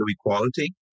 equality